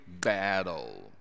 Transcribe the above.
battle